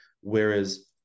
Whereas